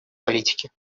политики